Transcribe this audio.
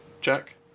Jack